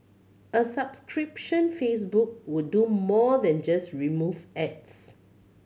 a subscription Facebook would do more than just remove ads